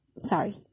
sorry